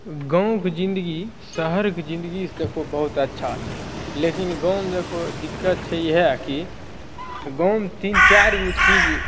गाँवके जिंदगी शहरके जिंदगी से तऽ बहुत अच्छा छै लेकिन गाँवमे देखबहो दिक्कत छै इएह कि गाँवमे तीन चारि गो चीज